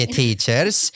teachers